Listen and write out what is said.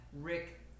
Rick